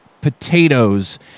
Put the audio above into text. potatoes